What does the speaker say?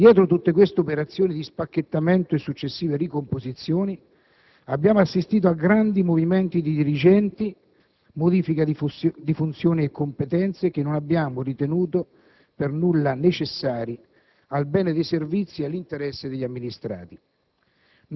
Dietro tutte queste operazioni di spacchettamento e successive ricomposizioni abbiamo assistito a grandi movimenti di dirigenti, modifica di funzioni e competenze che non abbiamo ritenuto per nulla necessari al bene dei servizi e agli interessi degli amministrati.